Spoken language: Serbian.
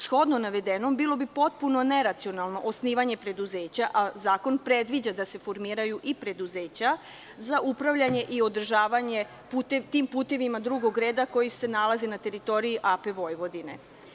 Shodno navedenom, bilo bi potpuno neracionalno osnivanje preduzeća, a zakon predviđa da se formiraju i preduzeća za upravljanje i održavanje puteva drugog reda koji se nalaze na teritoriji AP Vojvodine.